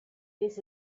this